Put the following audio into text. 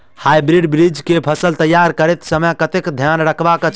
Hybrid बीज केँ फसल तैयार करैत समय कऽ बातक ध्यान रखबाक चाहि?